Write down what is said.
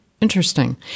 Interesting